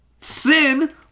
Sin